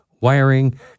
wiring